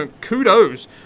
kudos